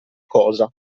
cosa